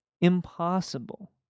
impossible